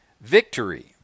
Victory